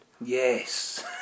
Yes